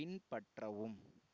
பின்பற்றவும்